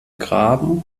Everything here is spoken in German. graben